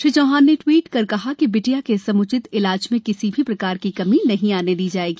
श्री चौहान ने ट्वीट कर कहा बिटिया के सम्चित इलाज में किसी भी प्रकार की कमी नहीं आने दी जाएगी